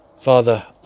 Father